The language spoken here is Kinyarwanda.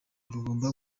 rugomba